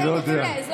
אני לא יודע.